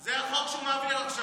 זה החוק שהוא מעביר עכשיו.